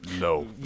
No